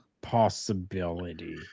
possibility